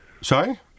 Sorry